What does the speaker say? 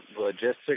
logistics